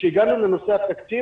כשהגענו לנושא התקציב,